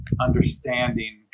understanding